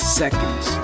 seconds